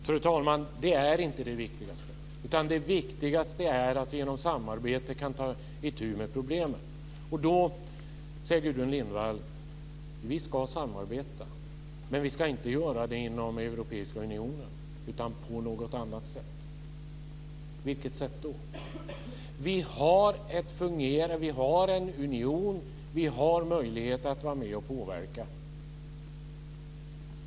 Fru talman! Det är inte det viktigaste, utan det viktigaste är att vi genom samarbete kan ta itu med problemen. Gudrun Lindvall säger att vi ska samarbeta, men inte inom Europeiska unionen utan på något annat sätt. På vilket sätt då? Vi har en union och vi har möjlighet att vara med och påverka.